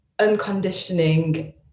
unconditioning